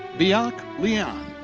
biak lian.